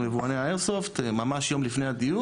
אנחנו, יבואני האיירסופט, ממש יום לפני הדיון.